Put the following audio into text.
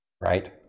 right